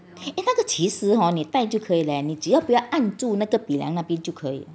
eh 那个其实你带就可以了你只要不要按住那个鼻梁那边就可以